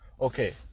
okay